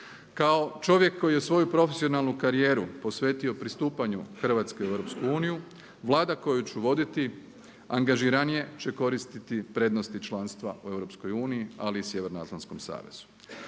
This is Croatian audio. Kao čovjek koji je svoju profesionalnu karijeru posvetio pristupanju Hrvatske u EU, Vlada koju ću voditi angažiranije će koristiti prednosti članstva u EU, ali i Sjevernoatlantskom savezu.